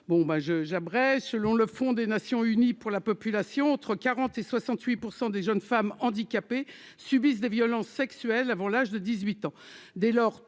je j'abrège selon le Fonds des Nations unies pour la population entre 40 et 68 % des jeunes femmes handicapées subissent des violences sexuelles avant l'âge de 18 ans,